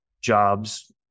jobs